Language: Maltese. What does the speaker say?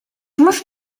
mhux